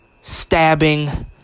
stabbing